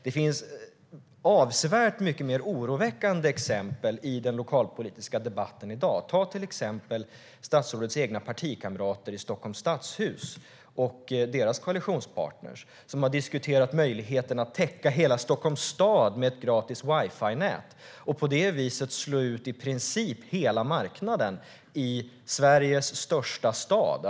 Det finns avsevärt mycket mer oroväckande exempel i den lokalpolitiska debatten i dag. Ta till exempel statsrådets egna partikamrater i Stockholms stadshus och deras koalitionspartner. De har diskuterat möjligheten att täcka hela Stockholms stad med ett gratis wifi-nät och på det viset slå ut i princip hela marknaden i Sveriges största stad.